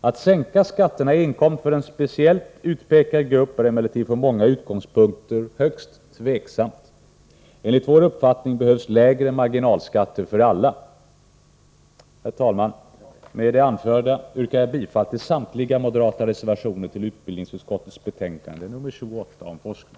Att sänka skatterna enkom för en speciellt utpekad grupp är emellertid från många utgångspunkter en högst tveksam åtgärd. Enligt vår uppfattning behövs det lägre marginalskatter för alla. Herr talman! Med det anförda yrkar jag bifall till samtliga moderata reservationer till utbildningsutskottets betänkande nr 28 om forskning.